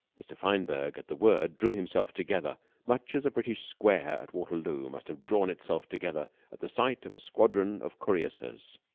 mr. fineberg, at the word, drew himself together much as a british square at waterloo must have drawn itself together at the sight of a squadron of cuirassiers.